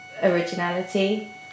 Originality